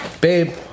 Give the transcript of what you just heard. babe